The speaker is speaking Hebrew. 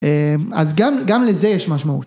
אז גם לזה יש משמעות.